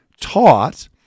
taught